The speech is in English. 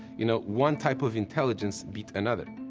you know, one type of intelligence beat another.